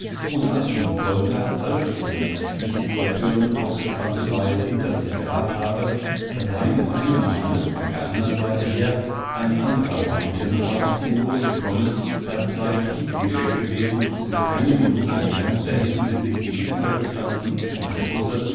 und als nun kolter halb schon das zwischen zwei thürmen ausgespannte seil hinter sich gehabt habe da sei mit einem male von der andern seite her ein andrer seiltänzer auf ihn losgekommen das sei stiglischeck gewesen und keine minute mehr da hätten sie sich gegenüber gestanden und der russe